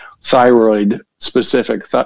thyroid-specific